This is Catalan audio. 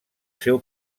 seu